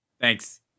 Thanks